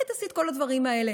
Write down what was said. אנחנו מבטאים, את אומרת דברים,